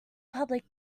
public